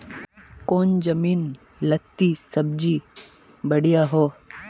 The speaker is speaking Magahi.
कौन जमीन लत्ती सब्जी बढ़िया हों?